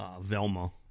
Velma